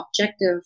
objective